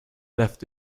left